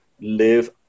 live